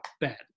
bad